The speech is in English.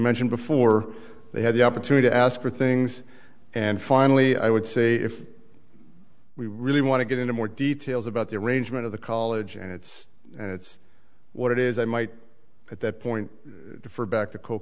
mentioned before they have the opportunity to ask for things and finally i would say if we really want to get into more details about the arrangement of the college and its and its what it is i might at that point for back to co